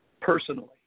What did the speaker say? personally